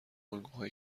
الگوهای